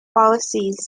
policies